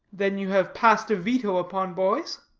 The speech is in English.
then you have passed a veto upon boys?